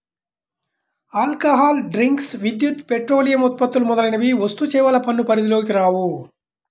alcohol drinks, విద్యుత్, petroleum ఉత్పత్తులు మొదలైనవి వస్తుసేవల పన్ను పరిధిలోకి రావు